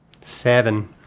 Seven